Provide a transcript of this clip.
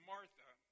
Martha